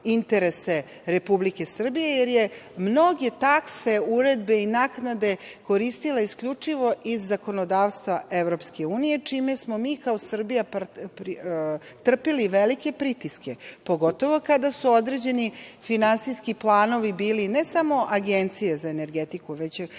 interese Republike Srbije, jer je mnoge takse, uredbe i naknade koristila isključivo iz zakonodavstva EU, čime smo mi kao Srbija trpeli velike pritiske, pogotovo kada su određeni finansijski planovi bili, ne samo Agencije za energetiku, već